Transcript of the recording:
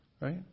right